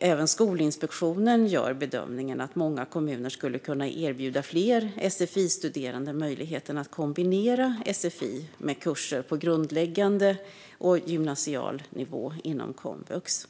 Även Skolinspektionen gör bedömningen att många kommuner skulle kunna erbjuda fler sfi-studerande möjligheten att kombinera sfi med kurser på grundläggande och gymnasial nivå inom komvux.